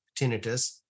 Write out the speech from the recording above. tinnitus